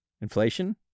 inflation